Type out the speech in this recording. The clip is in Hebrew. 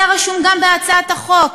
היה רשום גם בהצעת החוק